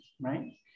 right